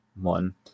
one